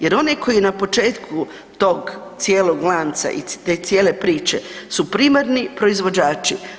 Jer onaj koji je na početku tog cijelog lanca i te cijele priče su primarni proizvođači.